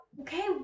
okay